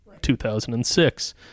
2006